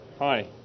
Hi